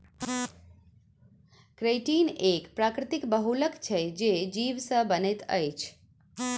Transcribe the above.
chitin एक प्राकृतिक बहुलक छै जे जीव से बनैत अछि